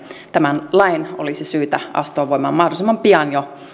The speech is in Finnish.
tämän lain olisi syytä astua voimaan mahdollisimman pian jo